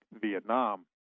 Vietnam